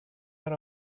are